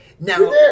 Now